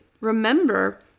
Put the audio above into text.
Remember